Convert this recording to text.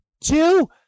two